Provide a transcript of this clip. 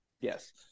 Yes